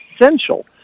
essential